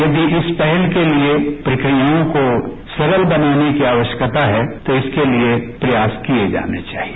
यदि इस पहल के लिए प्रक्रियाओं को सरल बनाने के आवश्यकता है तो इसके लिए प्रयास किये जाने चाहिए